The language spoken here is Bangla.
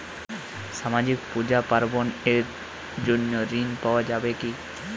সামাজিক পূজা পার্বণ এর জন্য ঋণ পাওয়া যাবে কি?